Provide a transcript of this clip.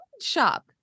shop